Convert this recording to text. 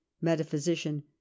Metaphysician